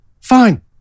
Fine